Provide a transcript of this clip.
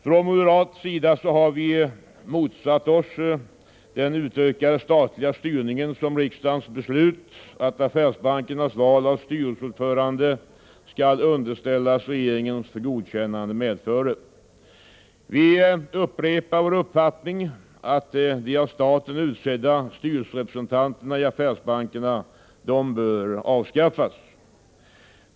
Från moderata samlingspartiets sida har vi motsatt oss den utökade statliga styrning som riksdagens beslut att affärsbankernas val av styrelseordförande skall underställas regeringen för godkännande medförde. Vi upprepar vår uppfattning att de av staten utsedda styrelserepresentanterna i affärsbankerna bör avskaffas.